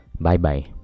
Bye-bye